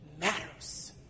matters